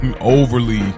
overly